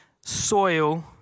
soil